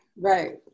Right